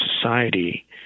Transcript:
society